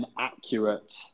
accurate